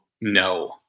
no